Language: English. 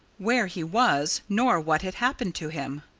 where he was nor what had happened to him.